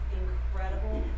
incredible